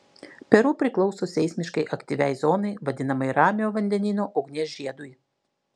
peru priklauso seismiškai aktyviai zonai vadinamai ramiojo vandenyno ugnies žiedui